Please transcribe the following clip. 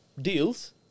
deals